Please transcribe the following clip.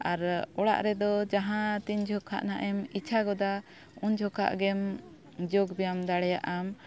ᱟᱨ ᱚᱲᱟᱜ ᱨᱮᱫᱚ ᱡᱟᱦᱟᱸ ᱛᱤᱱ ᱡᱚᱠᱷᱮᱡ ᱱᱟᱦᱟᱜ ᱮᱢ ᱤᱪᱪᱷᱟ ᱜᱚᱫᱟ ᱩᱱ ᱡᱚᱠᱷᱮᱡ ᱜᱮᱢ ᱡᱳᱜᱽ ᱵᱮᱭᱟᱢ ᱫᱟᱲᱮᱭᱟᱜᱼᱟᱢ